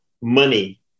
money